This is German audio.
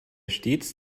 stets